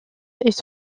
est